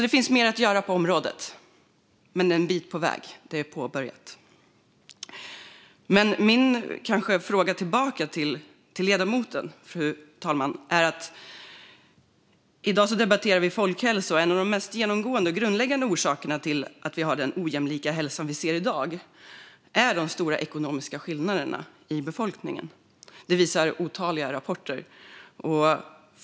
Det finns mer att göra på området, men vi har kommit en bit på väg. Det är påbörjat. Fru talman! Jag har en fråga tillbaka till ledamoten. I dag debatterar vi folkhälsa, och en av de mest genomgående och grundläggande orsakerna till den ojämlika hälsa vi ser i dag är de stora ekonomiska skillnaderna i befolkningen. Det visar otaliga rapporter.